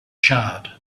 charred